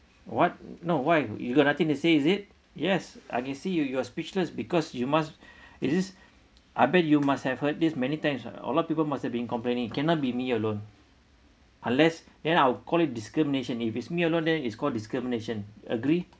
what no why you got nothing to say is it yes and you see you got speechless because you must it is I bet you must have heard this many times lah a lot of people must have been complaining cannot be me alone unless then I'll call it discrimination if it's me alone then it's called discrimination agree